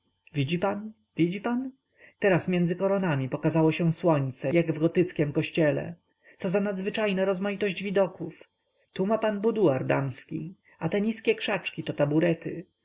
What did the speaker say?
widzi pan widzi pan teraz między konarami pokazało się słońce jak w gotyckiem oknie co za nadzwyczajna rozmaitość widoków tu ma pan buduar damski a te niskie krzaczki to taburety